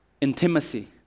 intimacy